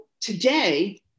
today